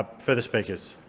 further speakers?